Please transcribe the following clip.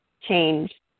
change